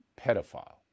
pedophile